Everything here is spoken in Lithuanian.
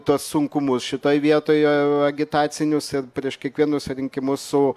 tuos sunkumus šitoj vietoje agitacinius ir prieš kiekvienus rinkimus su